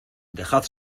dejad